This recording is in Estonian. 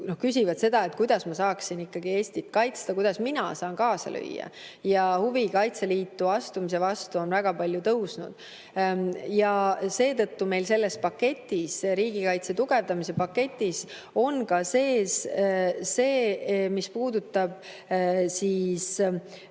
küsivad seda, kuidas ma saaksin ikkagi Eestit kaitsta, kuidas mina saan kaasa lüüa. Huvi Kaitseliitu astumise vastu on väga palju tõusnud. Seetõttu meil selles paketis, riigikaitse tugevdamise paketis, on ka sees see, mis puudutab